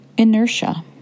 inertia